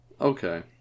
Okay